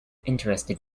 interested